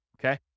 okay